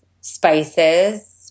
spices